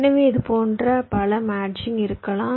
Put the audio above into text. எனவே இதுபோன்ற பல மேட்சிங் இருக்கலாம்